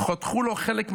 חתכו לו חלק מהאצבע,